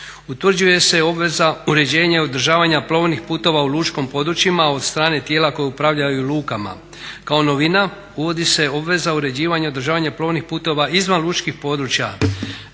Utvrđuje se obveza uređenja i održavanja plovnih puteva u lučkim područjima od strane tijela koja upravljaju lukama. Kao novina uvodi se obveza uređivanja i održavanja plovnih puteva izvan lučkih područja,